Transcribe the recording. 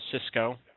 Cisco